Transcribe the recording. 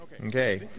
Okay